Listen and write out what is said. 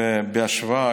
אגב, בהשוואה